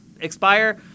expire